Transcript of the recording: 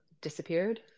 disappeared